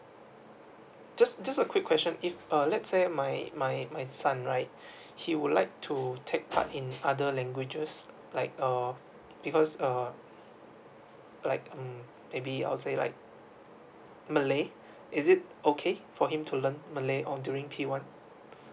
just just a quick question if uh let's say my my my son right he would like to take part in other languages like um because um like um maybe I'll say like malay is it okay for him to learn malay on during P one